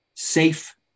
Safe